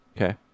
Okay